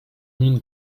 mean